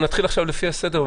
נתחיל עכשיו לפי הסדר.